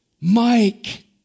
Mike